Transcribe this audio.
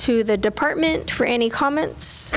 to the department for any comments